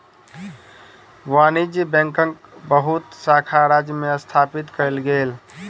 वाणिज्य बैंकक बहुत शाखा राज्य में स्थापित कएल गेल